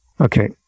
Okay